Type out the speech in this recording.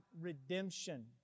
redemption